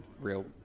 real